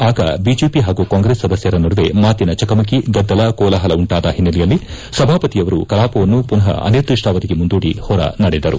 ಆಗ ಬಿಜೆಪಿ ಹಾಗೂ ಕಾಂಗ್ರೆಸ್ ಸದಸ್ಯರ ನಡುವೆ ಮಾತಿನ ಚಕಮಕಿ ಗದ್ದಲ ಕೋಲಾಹಲ ಉಂಟಾದ ಹಿನ್ನೆಲೆಯಲ್ಲಿ ಸಭಾಪತಿಯವರು ಕಲಾಪವನ್ನು ಪುನಃ ಅನಿರ್ದಿಷ್ಲಾವಧಿಗೆ ಮುಂದೂಡಿ ಹೊರನಡೆದರು